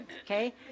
okay